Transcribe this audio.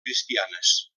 cristianes